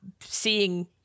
seeing